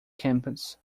campus